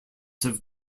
have